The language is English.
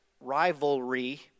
rivalry